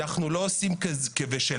אנחנו לא עושים כבשלנו,